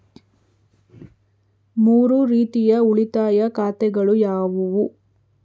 ಮೂರು ರೀತಿಯ ಉಳಿತಾಯ ಖಾತೆಗಳು ಯಾವುವು?